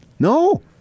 No